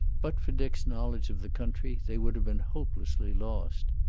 but for dick's knowledge of the country they would have been hopelessly lost.